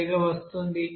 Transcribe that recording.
5 గా వస్తోంది